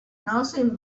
nothing